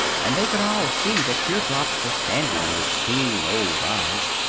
and they could all see that tear-drops were standing in his keen old eyes.